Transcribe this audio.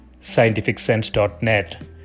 scientificsense.net